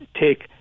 take